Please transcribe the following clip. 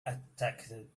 attacked